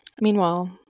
meanwhile